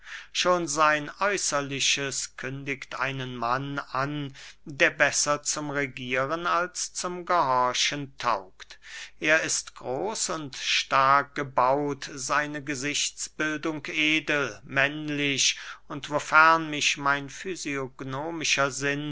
schon sein äußerliches kündigt einen mann an der besser zum regieren als zum gehorchen taugt er ist groß und stark gebaut seine gesichtsbildung edel männlich und wofern mich mein